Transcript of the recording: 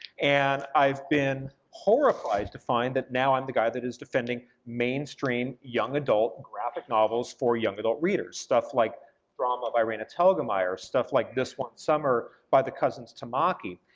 and i've been horrified to find that now i'm the guy that is defending mainstream young adult graphic novels for young adult readers, stuff like drama by raina telgemeier, or stuff like this one summer by the cousins tamaki,